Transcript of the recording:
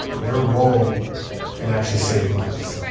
their role can actually save lives.